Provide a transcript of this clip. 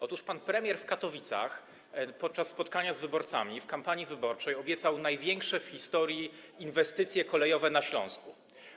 Otóż pan premier w Katowicach podczas spotkania z wyborcami w ramach kampanii wyborczej obiecał największe w historii inwestycje kolejowe na Śląsku.